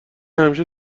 همیشه